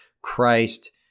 christ